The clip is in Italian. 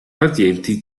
pazienti